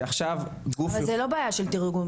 שעכשיו גוף --- אבל זו לא בעיה של תרגום,